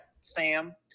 Sam